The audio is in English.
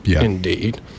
Indeed